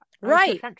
Right